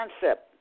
concept